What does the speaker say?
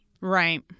Right